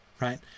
right